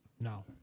No